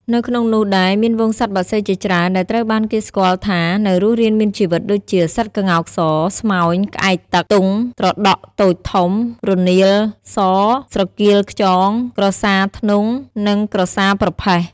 នៅក្នុងនោះដែលមានហ្វូងសត្វបក្សីជាច្រើនដែលត្រូវបានគេស្គាល់ថានៅរស់រានមានជីវិតដូចជា សត្វក្ងស ស្មោញ ក្អែកទឹក ទុង ត្រដក់តូចធំ រនាលស ស្រគៀលខ្យង ក្រសារធ្នង់ និងក្រសារប្រផេះ។